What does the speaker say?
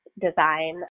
design